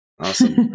awesome